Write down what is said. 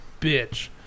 bitch